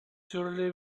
surely